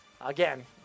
again